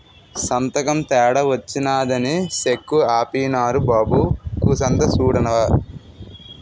సంతకం తేడా వచ్చినాదని సెక్కు ఆపీనారు బాబూ కూసంత సూడవా